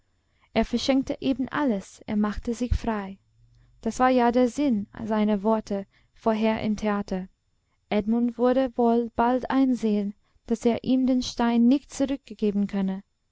er verschenkte eben alles er machte sich frei das war ja der sinn seiner worte vorher im theater edmund würde wohl bald einsehen daß er ihm den stein nicht zurückgeben könne